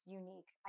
unique